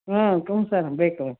ಹ್ಞೂ ಹ್ಞೂ ಸರ್ ಬೇಕು ಬೇಕು